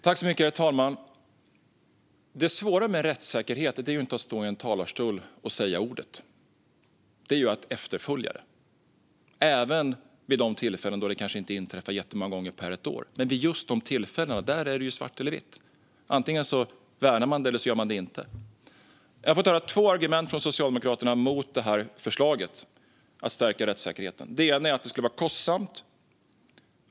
Herr talman! Det svåra med rättssäkerhet är inte att stå i en talarstol och säga ordet, utan att efterfölja det, även i fråga om sådant som kanske inte inträffar jättemånga gånger på ett år. Vid just de tillfällen då det inträffar är det svart eller vitt - antingen värnar man rättssäkerheten eller så gör man inte det. Jag har fått höra två argument från Socialdemokraterna mot förslaget om att stärka rättssäkerheten. Det ena är att det skulle vara kostsamt.